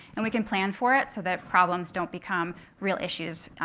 and we can plan for it so that problems don't become real issues